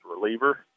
reliever